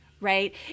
Right